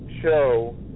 show